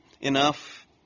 enough